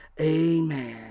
Amen